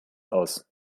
aus